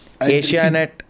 Asianet